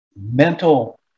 mental